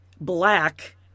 Black